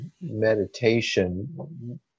meditation